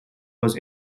was